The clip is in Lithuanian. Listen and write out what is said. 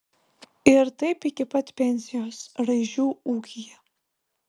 ir taip iki pat pensijos raižių ūkyje